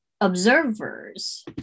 observers